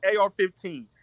AR-15